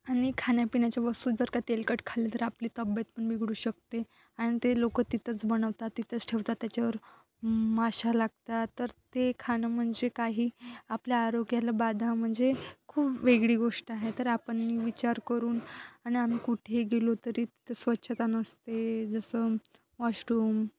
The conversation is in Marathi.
आणि खाण्यापिण्याच्या वस्तू जर का तेलकट खाल्लं तर आपली तब्ब्येत पण बिघडू शकते आणि ते लोकं तिथंच बनवतात तिथंच ठेवतात त्याच्यावर माशा लागतात तर ते खाणं म्हणजे काही आपल्या आरोग्याला बाधा म्हणजे खूप वेगळी गोष्ट आहे तर आपण विचार करून आणि आम्ही कुठेही गेलो तरी तिथं स्वच्छता नसते जसं वॉशरूम